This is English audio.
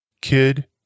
Kid